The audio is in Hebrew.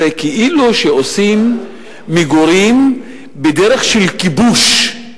זה כאילו שעושים מגורים בדרך של כיבוש,